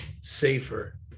safer